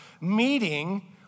meeting